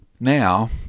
Now